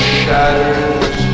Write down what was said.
shattered